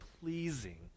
pleasing